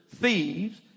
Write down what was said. thieves